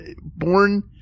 born